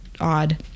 odd